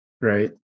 Right